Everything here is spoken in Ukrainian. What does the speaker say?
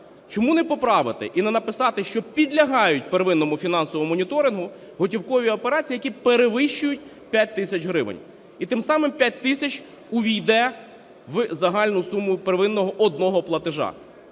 Чому не поправити і не написати, що підлягають первинному фінансовому моніторингу готівкові операції, які перевищують 5 тисяч гривень, і тим самими 5 тисяч увійде в загальну суму первинного одного платежу.